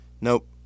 Nope